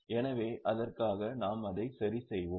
எனவே அதற்காக நாம் அதை சரிசெய்வோம்